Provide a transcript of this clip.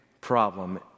problem